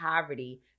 poverty